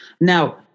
Now